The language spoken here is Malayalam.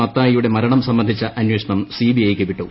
മത്തായിയുടെ മരണം സംബന്ധിച്ച അന്വേഷണം സിബിഐക്ക് വിട്ടു